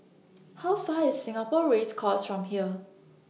How Far IS Singapore Race Course from here